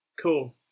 cool